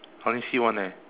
I only see one eh